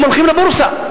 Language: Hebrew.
הם הולכים לבורסה.